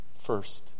first